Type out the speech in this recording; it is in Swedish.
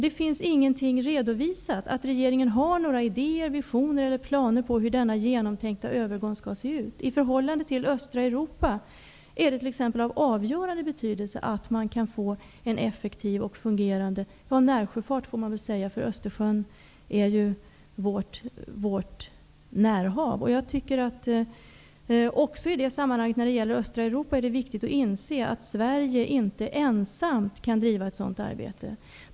Det finns inte redovisat om regeringen har några idéer, visioner eller planer på hur denna genomtänkta övergång skall se ut. I förhållande till östra Europa är det av avgörande betydelse att man kan få en effektiv och fungerande närsjöfart. Östersjön är ju vårt närhav. I detta sammanhang är det också viktigt att inse att Sverige inte ensamt kan bedriva ett sådant arbete.